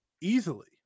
easily